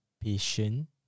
patient